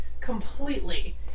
completely